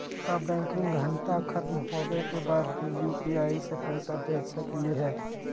का बैंकिंग घंटा खत्म होवे के बाद भी यू.पी.आई से पैसा भेज सकली हे?